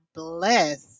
bless